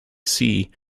see